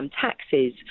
taxes